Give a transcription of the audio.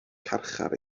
carchar